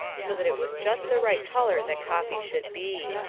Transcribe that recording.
so that it was just the right colour that coffee should be.